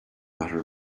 matter